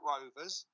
Rovers